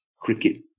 cricket